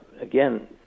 again